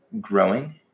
growing